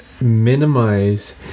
minimize